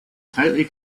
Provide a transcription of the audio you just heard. tightly